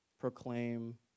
proclaim